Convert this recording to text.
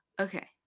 Okay